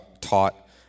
taught